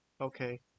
okay